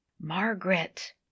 Margaret